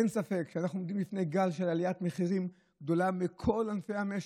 אין ספק שאנחנו עומדים בפני גל של עליית מחירים גדול בכל ענפי המשק,